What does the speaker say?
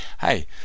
hey